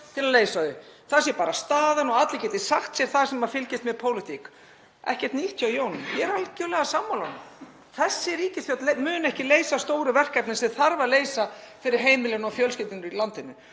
til að leysa þau, það sé bara staðan og allir geti sagt sér það sem fylgist með pólitík. Ekkert nýtt hjá Jóni, ég er algerlega sammála honum. Þessi ríkisstjórn mun ekki leysa stóru verkefnin sem þarf að leysa fyrir heimilin og fjölskyldurnar í landinu.